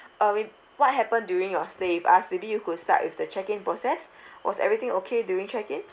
uh mayb~ what happened during your stay with us maybe you could start with the check in process was everything okay during check in